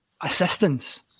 assistance